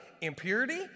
impurity